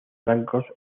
blancos